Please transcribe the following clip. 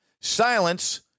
Silence